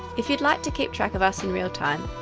if you'd like to keep track of us in realtime,